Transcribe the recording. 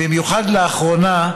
במיוחד לאחרונה,